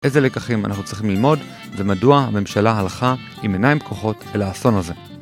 איזה לקחים אנחנו צריכים ללמוד, ומדוע הממשלה הלכה, עם עיניים פקוחות, אל האסון הזה?